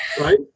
right